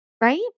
Right